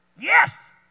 yes